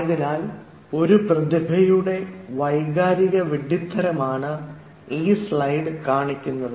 ആയതിനാൽ ഒരു പ്രതിഭയുടെ വൈകാരിക വിഡ്ഢിത്തരമാണ് ഈ സ്ലൈഡ് കാണിക്കുന്നത്